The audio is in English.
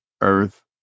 Earth